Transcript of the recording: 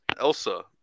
Elsa